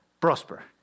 prosper